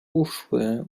uszły